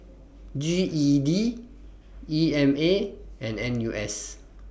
G E D E M A and N U S